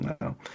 No